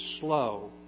slow